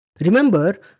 Remember